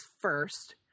first